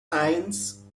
eins